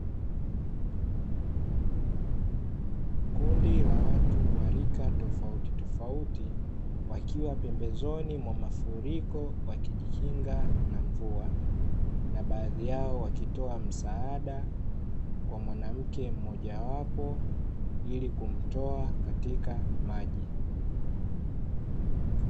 Kundi la watu wa rika tofautitofauti, wakiwa pembezoni mwa mafuriko wakijikinga na mvua, na baadhi yao wakitoa msaada kwa mwanamke mmoja wapo ili kumtoa katika maji.